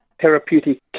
therapeutic